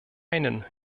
einen